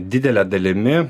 didele dalimi